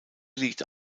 liegt